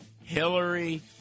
Hillary